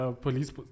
police